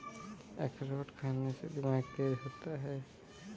अखरोट खाने से दिमाग तेज होता है